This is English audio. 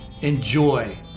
enjoy